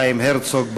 חיים הרצוג,